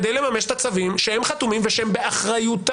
כדי לממש את הצווים שהם חתומים ושהם באחריותם?